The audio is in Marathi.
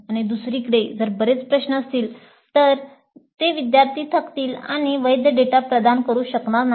दुसरीकडे जर बरेच प्रश्न असतील तर विद्यार्थी थकतील आणि वैध डेटा प्रदान करू शकणार नाहीत